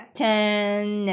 turn